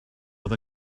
oedd